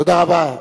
תודה רבה.